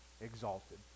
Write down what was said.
exalted